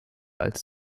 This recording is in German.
als